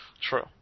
True